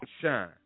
shine